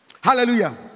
Hallelujah